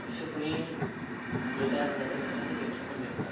जसे कोणी रिटायर झाले तर त्याच्यासाठी पेन्शन पण भेटतात